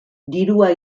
dirua